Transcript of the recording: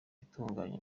itunganya